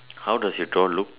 how does your door look